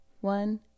one